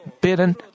bitten